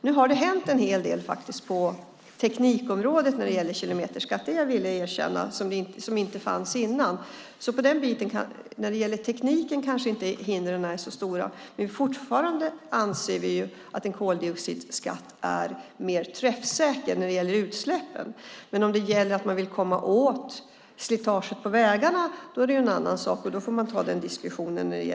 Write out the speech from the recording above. Nu har det faktiskt hänt en hel del på teknikområdet när det gäller kilometerskatt - det är jag villig att erkänna - som inte fanns innan. När det gäller tekniken kanske hindren alltså inte är så stora, men vi anser fortfarande att en koldioxidskatt är mer träffsäker för utsläppen. Att komma åt slitaget på vägarna är dock en annan sak, och den diskussionen får man ta då.